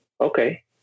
Okay